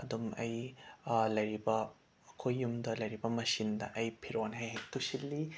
ꯑꯗꯨꯝ ꯑꯩ ꯂꯩꯔꯤꯕ ꯑꯩꯈꯣꯏ ꯌꯨꯝꯗ ꯂꯩꯔꯤꯕ ꯃꯁꯤꯟꯗ ꯑꯩ ꯐꯤꯔꯣꯟ ꯍꯦꯛ ꯍꯦꯛ ꯇꯨꯁꯤꯜꯂꯤ